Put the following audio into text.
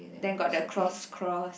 then got the cross cross